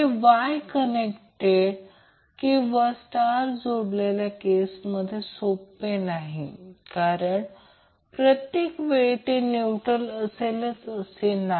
हे Y connected किंवा star जोडलेल्या केसमध्ये सोपे नाही कारण प्रत्येक वेळी ते न्यूट्रल असेलच असे नाही